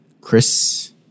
Chris